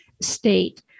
state